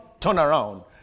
turnaround